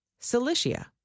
Cilicia